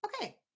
okay